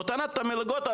נותנת את המלגות,